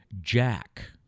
Jack